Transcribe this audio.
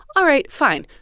all right, fine.